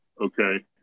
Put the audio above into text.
Okay